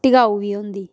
टिकाऊ बी होंदी